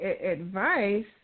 advice